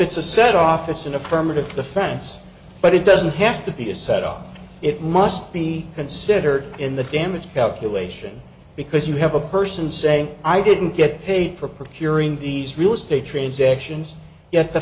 it's a set off it's an affirmative defense but it doesn't have to be a set up it must be considered in the damage calculation because you have a person saying i didn't get paid for procuring these real estate transactions yet the